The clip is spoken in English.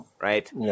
Right